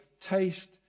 taste